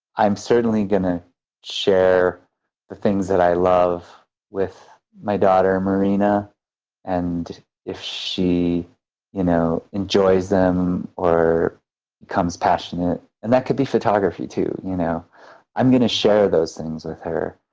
i'm certainly going to share the things that i love with my daughter marina and if she you know enjoys them or becomes passionate, and that could be photography, too. you know i'm going to share those things with her.